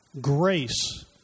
grace